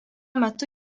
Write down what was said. metu